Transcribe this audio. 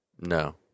No